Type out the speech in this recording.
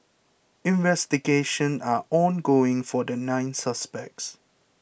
investigation are ongoing for the nine suspects